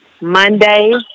Monday